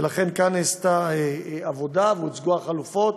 ולכן, כאן נעשתה עבודה, והוצגו החלופות,